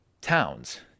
Towns